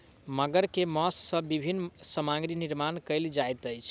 मगर के मौस सॅ विभिन्न सामग्री निर्माण कयल जाइत अछि